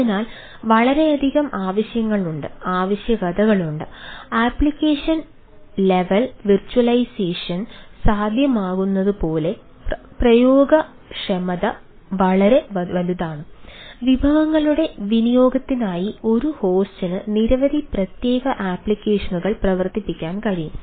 അതിനാൽ വളരെയധികം ആവശ്യങ്ങൾ ഉണ്ട് ആവശ്യകതകൾ ഉണ്ട് ആപ്ലിക്കേഷൻ ലെവൽ വെർച്വലൈസേഷൻ സ്ഥാപിക്കാൻ കഴിയും